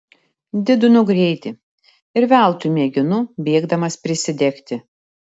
didinu greitį ir veltui mėginu bėgdamas prisidegti